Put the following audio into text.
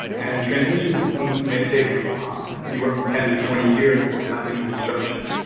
and transmission systems may take anywhere from ten to twenty years for planning and construction,